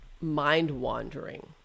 mind-wandering